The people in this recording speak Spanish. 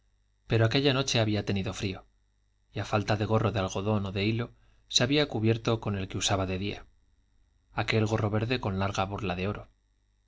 pero aquella noche había tenido frío y a falta de gorro de algodón o de hilo se había cubierto con el que usaba de día aquel gorro verde con larga borla de oro